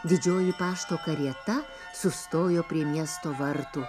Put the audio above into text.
didžioji pašto karieta sustojo prie miesto vartų